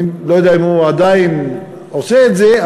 אני לא יודע אם הוא עדיין עושה את זה.